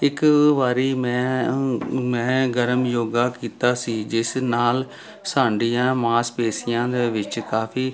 ਇੱਕ ਵਾਰੀ ਮੈਂ ਮੈਂ ਗਰਮ ਯੋਗਾ ਕੀਤਾ ਸੀ ਜਿਸ ਨਾਲ ਸਾਡੀਆਂ ਮਾਸਪੇਸ਼ੀਆਂ ਦੇ ਵਿੱਚ ਕਾਫ਼ੀ